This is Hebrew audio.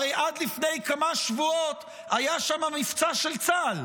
הרי עד לפני כמה שבועות היה שם מבצע של צה"ל.